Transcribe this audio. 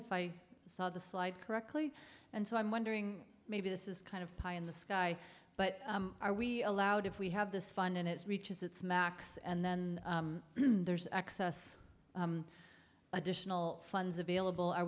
if i saw the slide correctly and so i'm wondering maybe this is kind of pie in the sky but are we allowed if we have this fund and it reaches its max and then there's access additional funds available are